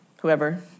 whoever